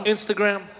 Instagram